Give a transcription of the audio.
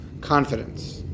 confidence